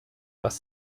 was